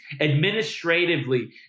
administratively